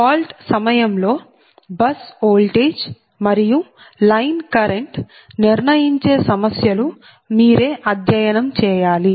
fault సమయంలో bus voltage మరియు line current నిర్ణయించే సమస్యలు మీరు అధ్యయనం చేయాలి